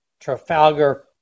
Trafalgar